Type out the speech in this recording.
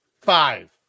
five